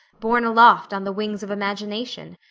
borne aloft on the wings of imagination.